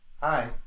Hi